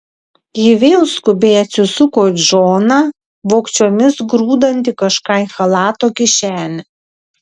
ji vėl skubiai atsisuko į džoną vogčiomis grūdantį kažką į chalato kišenę